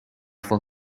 for